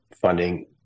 funding